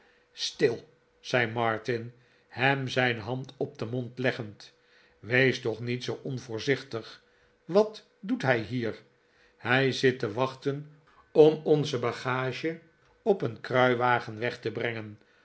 stil zei martin hem zijn hand op den mond leggend wees toch niet zoo onvoorzichtigl wat doet hij hier hij zit te wachten om onze bagage opeen kruiwagen weg te brengen